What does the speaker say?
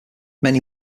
many